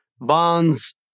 bonds